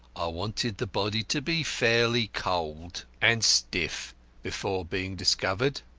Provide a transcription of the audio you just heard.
i wanted the body to be fairly cold and stiff before being discovered,